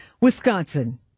Wisconsin